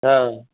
हाँ